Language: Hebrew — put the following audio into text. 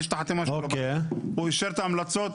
הוא אישר את ההמלצות.